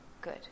Good